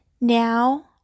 Now